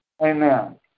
Amen